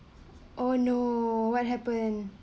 oh no what happen